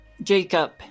Jacob